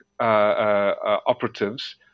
Operatives